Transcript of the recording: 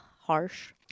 harsh